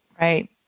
Right